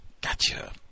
Gotcha